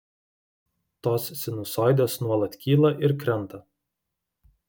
tos sinusoidės nuolat kyla ir krenta